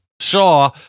Shaw